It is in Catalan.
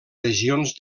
regions